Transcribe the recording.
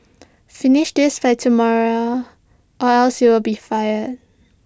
finish this by tomorrow or else you'll be fired